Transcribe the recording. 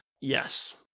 Yes